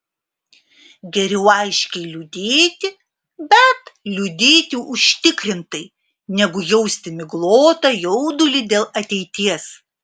geriau aiškiai liūdėti bet liūdėti užtikrintai negu jausti miglotą jaudulį dėl ateities